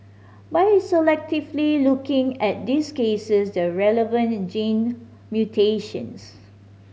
by selectively looking at these cases the relevant gene mutations